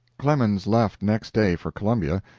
clemens left next day for columbia,